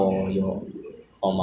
uh which one more natural speaking